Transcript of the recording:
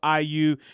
IU